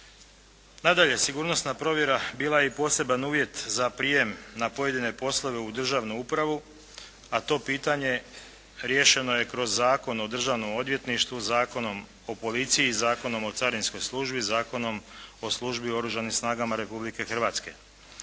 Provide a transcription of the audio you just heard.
Nadalje, sigurnosna provjera bila je i poseban uvjet za prijem na pojedine poslove u državnu upravu, a to pitanje riješeno je kroz Zakon o Državnom odvjetništvu, Zakonom o policiji, Zakonom o Carinskoj službi, Zakonom o Službi u Oružanim snagama Republike Hrvatske.